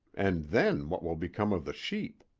and then what will become of the sheep?